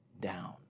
down